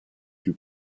più